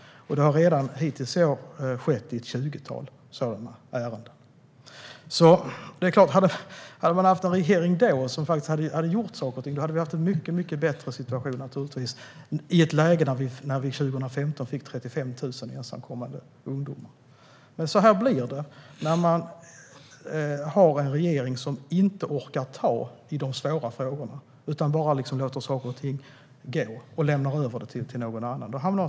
Det har hittills i år skett i ett tjugotal ärenden. Om dåvarande regeringen hade gjort saker och ting hade situationen varit bättre när det 2015 kom 35 000 ensamkommande ungdomar. Så blir det när regeringen inte orkar ta i de svåra frågorna utan lämnar över till någon annan.